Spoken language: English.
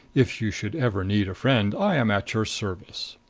if you should ever need a friend, i am at your service?